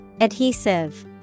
Adhesive